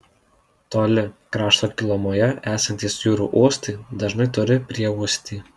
toli krašto gilumoje esantys jūrų uostai dažnai turi prieuostį